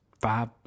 five